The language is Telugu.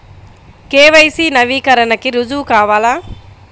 కే.వై.సి నవీకరణకి రుజువు కావాలా?